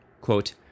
Quote